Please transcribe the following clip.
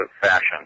fashion